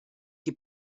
que